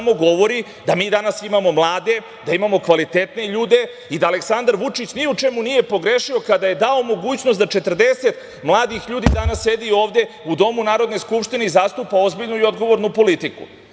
samo govori da mi danas imamo mlade, da imamo kvalitetne ljude i da Aleksandar Vučić ni u čemu nije pogrešio kada je dao mogućnost da 40 mladih ljudi danas sedi ovde u domu Narodne skupštine i zastupa ozbiljnu i odgovornu politiku. Nećemo